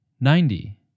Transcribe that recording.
ninety